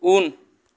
उन